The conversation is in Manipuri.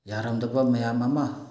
ꯌꯥꯔꯝꯗꯕ ꯃꯌꯥꯝ ꯑꯃ